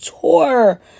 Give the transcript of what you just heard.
tour